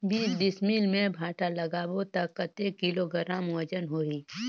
बीस डिसमिल मे भांटा लगाबो ता कतेक किलोग्राम वजन होही?